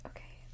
Okay